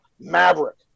Maverick